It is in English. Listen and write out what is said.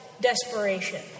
desperation